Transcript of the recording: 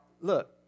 Look